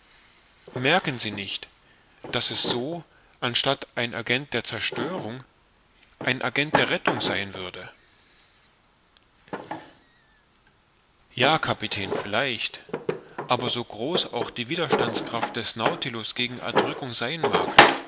merken sie nicht daß es so anstatt ein agent der zerstörung ein agent der rettung sein würde ja kapitän vielleicht aber so groß auch die widerstandskraft des nautilus gegen erdrückung sein mag